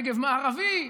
נגב מערבי.